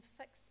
fix